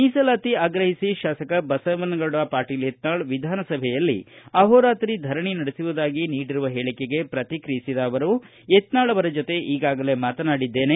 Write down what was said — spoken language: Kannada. ಮೀಸಲಾತಿ ಆಗ್ರಹಿಸಿ ಶಾಸಕ ಬಸವನಗೌಡ ಪಾಟೀಲ ಯತ್ನಾಳ್ ವಿಧಾನಸಭೆಯಲ್ಲಿ ಆಹೋರಾತ್ರಿ ಧರಣಿ ನಡೆಸುವುದಾಗಿ ನೀಡಿರುವ ಹೇಳಿಕೆಗೆ ಪ್ರಕ್ರಿಯಿಸಿದ ಅವರು ಯತ್ನಾಳ್ ಜತೆ ಈಗಾಗಲೇ ಮಾತನಾಡಿದ್ದೇನೆ